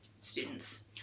students